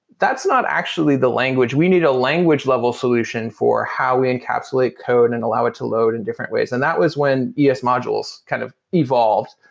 that's not actually the language. we need a language level solution for how we encapsulate code and allow it to load in different ways. and that was when yeah es modules kind of evolved.